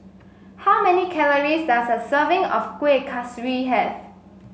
how many calories does a serving of Kuih Kaswi have